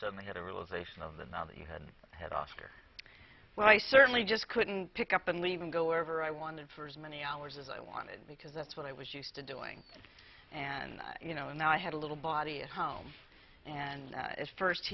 suddenly had a realization of that now that you had had oscar well i certainly just couldn't pick up and leave and go wherever i wanted for as many hours as i wanted because that's what i was used to doing and you know and i had a little body at home and